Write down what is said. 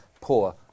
poor